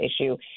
issue